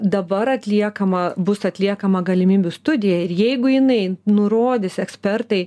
dabar atliekama bus atliekama galimybių studija ir jeigu jinai nurodys ekspertai